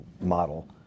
model